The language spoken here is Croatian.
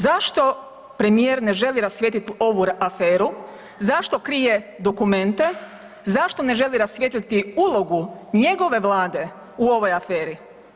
Zašto premijer ne želi rasvijetliti ovu aferu, zašto krije dokumente, zašto ne želi rasvijetliti ulogu njegove Vlade u ovoj aferi?